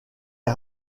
est